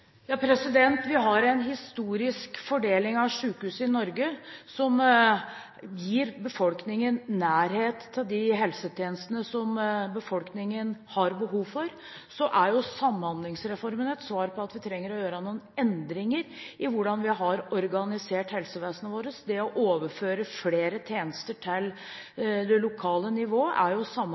Vi har en historisk fordeling av sykehus i Norge som gir befolkningen nærhet til de helsetjenestene som den har behov for. Samhandlingsreformen er et svar på at vi trenger å gjøre noen endringer i hvordan vi har organisert helsevesenet vårt. Det å overføre flere tjenester til et lokalt nivå er Samhandlingsreformens intensjon. Det at vi oppretter lokalmedisinske sentre, er